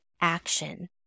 action